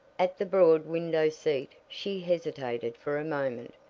at the broad window-seat she hesitated for a moment,